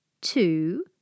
two